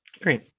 great